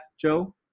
Joe